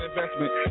investment